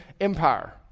empire